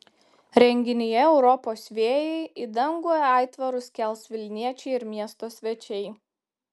renginyje europos vėjai į dangų aitvarus kels vilniečiai ir miesto svečiai